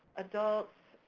adults,